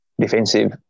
defensive